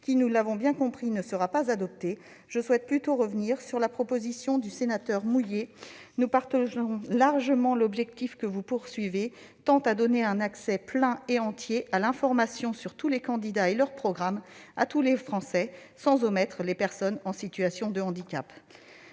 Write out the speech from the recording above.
qui- nous l'avons bien compris -ne sera pas adoptée, je souhaite revenir sur la proposition du sénateur Mouiller. Nous partageons largement l'objectif que celui-ci vise, puisqu'il tend à donner un accès plein et entier à l'information sur tous les candidats et leur programme à tous les Français, sans omettre les personnes en situation de handicap.